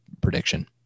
prediction